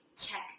check